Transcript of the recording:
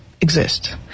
exist